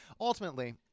Ultimately